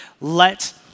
Let